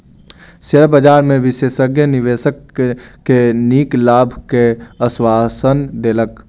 share बजार में विशेषज्ञ निवेशक के नीक लाभ के आश्वासन देलक